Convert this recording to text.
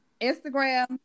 Instagram